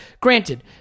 granted